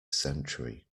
century